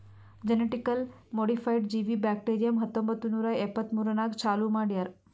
genetically modified ಜೀವಿ bacterium ಹತ್ತೊಂಬತ್ತು ನೂರಾ ಎಪ್ಪತ್ಮೂರನಾಗ್ ಚಾಲೂ ಮಾಡ್ಯಾರ್